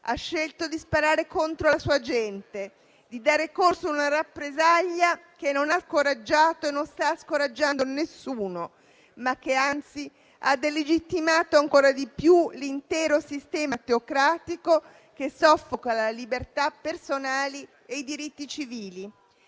Ha scelto di sparare contro la sua gente e di dar corso a una rappresaglia che non ha scoraggiato e non sta scoraggiando nessuno, ma che, anzi, ha delegittimato ancora di più l'intero sistema teocratico, che soffoca le libertà personali e i diritti civili.